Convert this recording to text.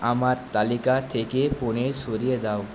আমার তালিকা থেকে পনির সরিয়ে দাও